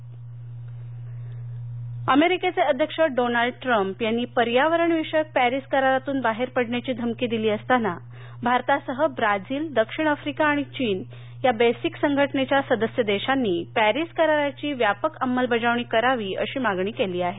जावडेकर अमेरिकेचे अध्यक्ष Donald Trump यांनी पर्यावरणविषयक पॅरिस करारातून बाहेर पडण्याची धमकी दिली असतांनाभारतासह ब्राझील दक्षिण आफ्रिका चीन या बेसिक संघटनेच्या सदस्य देशांनी पॅरिस कराराची व्यापक अंमलबजावणी करावी अशी मागणी केलीआहे